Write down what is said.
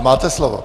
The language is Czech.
Máte slovo.